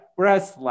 Whereas